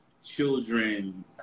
children